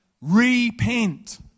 Repent